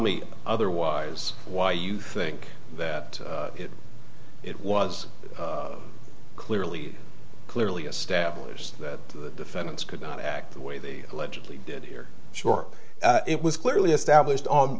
me otherwise why you think that it was clearly clearly established that the defendants could not act the way they allegedly did here sure it was clearly established on